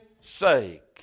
sake